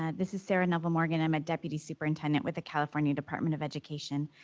ah this is sarah neville morgan. i'm a deputy superintendent with the california department of education.